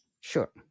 Sure